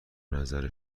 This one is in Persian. نظر